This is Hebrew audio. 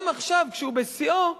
גם עכשיו, כשהוא בשיאו,